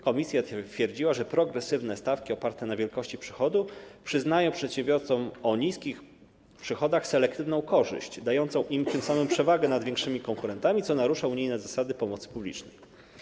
Komisja twierdziła, że progresywne stawki oparte na wielkości przychodu przyznają przedsiębiorcom o niskich przychodach selektywną korzyść, dającą im tym samym przewagę nad większymi konkurentami, co narusza unijne zasady pomocy publicznej.